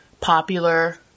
popular